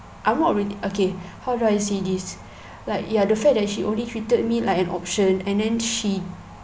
I'm not really okay how do I say this like ya the fact that she only treated me like an option and then she